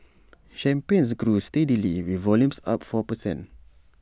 champagnes grew steadily with volumes up four per cent